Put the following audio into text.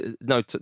no